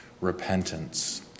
repentance